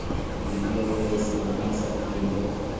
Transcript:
UPI कैसे बना सकली हे?